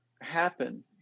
happen